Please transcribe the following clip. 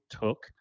took